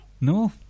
no